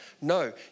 No